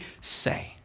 say